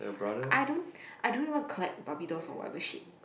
I don't I don't even collect Barbie dolls or whatever shit